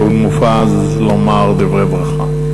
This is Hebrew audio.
שאול מופז לומר דברי ברכה.